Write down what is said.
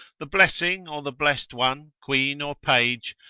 the blessing or the blest one, queen or page,